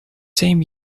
same